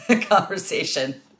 conversation